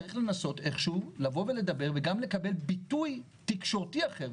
צריך לנסות איך שהוא לדבר וגם לקבל ביטוי תקשורתי אחר,